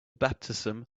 baptism